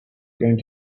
going